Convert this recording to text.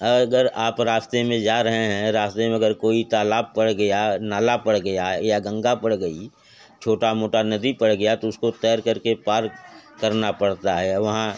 और अगर आप रास्ते में जा रहे हैं रास्ते में अगर कोई तालाब पड़ गया नाला पड़ गया या गंगा पड़ गई छोटी मोटी नदी पड़ गई तो उसको तैर कर के पार करना पड़ता है वहाँ